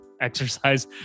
exercise